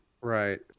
Right